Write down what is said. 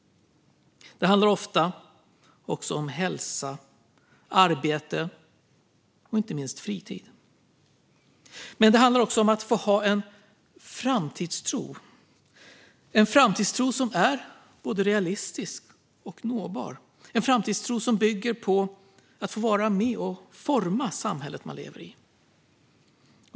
Det handlar ofta om hälsa, arbete och inte minst fritid. Men det handlar också om att få ha en framtidstro, som är både realistisk och nåbar och som bygger på att man får vara med och forma samhället man lever i.